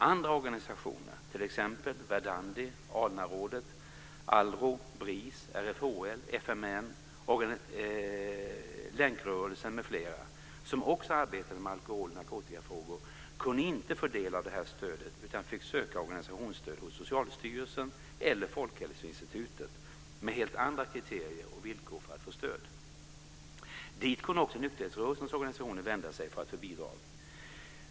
ALRO, BRIS, RFHL, FMN, Länkrörelsen m.fl., som också arbetade med alkohol och narkotikafrågor kunde inte få del av det här stödet utan fick söka organisationsstöd hos Socialstyrelsen eller Folkhälsoinstitutet med helt andra kriterier och villkor för att få stöd. Dit kunde också nykterhetsrörelsens organisationer vända sig för att få bidrag.